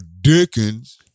Dickens